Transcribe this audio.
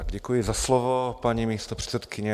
Děkuji za slovo, paní místopředsedkyně.